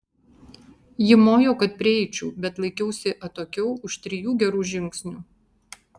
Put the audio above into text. ji mojo kad prieičiau bet laikiausi atokiau už trijų gerų žingsnių